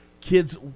kids